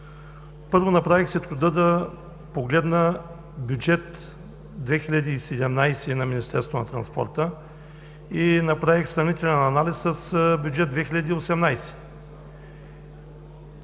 Първо, направих си труда да погледна Бюджет 2017 и на Министерството на транспорта, и направих сравнителен анализ с Бюджет 2018.